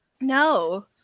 No